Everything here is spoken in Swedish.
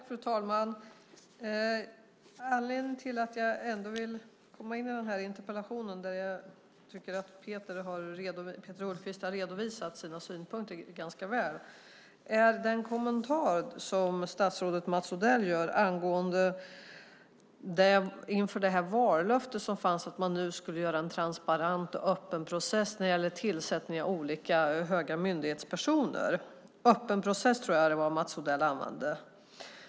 Fru talman! Anledningen till att jag ändå vill komma in i den här interpellationsdebatten, där jag tycker att Peter Hultqvist har redovisat sina synpunkter ganska väl, har att göra med den kommentar som statsrådet Mats Odell gjorde angående vallöftet om att man nu skulle göra en transparent och öppen process när det gällde tillsättningen av höga myndighetspersoner. Öppen process, tror jag att Mats Odell sade.